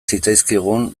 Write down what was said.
zitzaizkigun